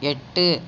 எட்டு